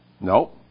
No